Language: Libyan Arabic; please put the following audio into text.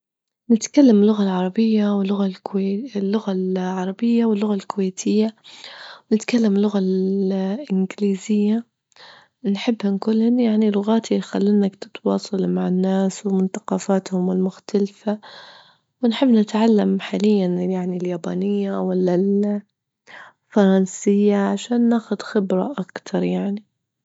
نتكلم اللغة العربية واللغة الكوي- اللغة العربية واللغة الكويتية، نتكلم اللغة الإنجليزية، نحب نجول هن يعني لغات يخلينك تتواصل مع الناس ومن ثقافاتهم المختلفة، ونحب نتعلم حاليا يعني اليابانية ولا الفرنسية عشان نأخد خبرة أكتر يعني.